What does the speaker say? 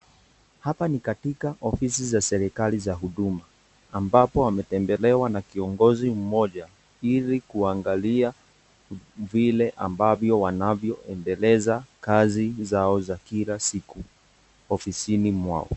Hapa ni katika Ofisi za serikali za Huduma, ambapo ametembelewa na kiongozi mmoja ili kuangalia vile ambavyo wanavyoendeleza kazi zao za kila siku Ofisini mwao.